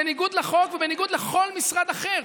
בניגוד לחוק ובניגוד לכל משרד אחר.